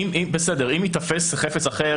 אם ייתפס חפץ אחר,